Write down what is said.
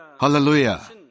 Hallelujah